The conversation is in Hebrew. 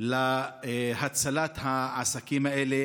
להצלת העסקים האלה,